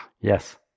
Yes